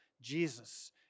Jesus